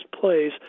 plays